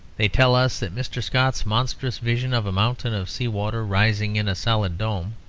they tell us that mr. scott's monstrous vision of a mountain of sea-water rising in a solid dome,